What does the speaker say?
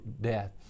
death